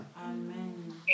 Amen